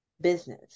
business